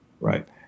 right